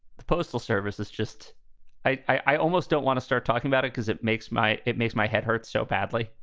postal service is just i almost don't want to start talking about it because it makes my. it makes my head hurt so badly.